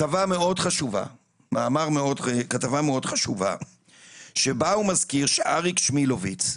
כתבה מאוד חשובה שבה הוא מזכיר שאריק שמילוביץ,